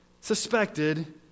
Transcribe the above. suspected